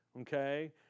okay